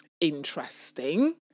interesting